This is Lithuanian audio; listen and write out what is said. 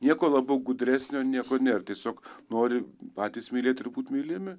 nieko labiau gudresnio nieko nėra tiesiog nori patys mylėt ir būt mylimi